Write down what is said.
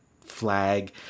flag